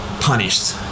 punished